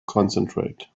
concentrate